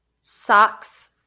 Socks